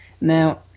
Now